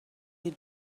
you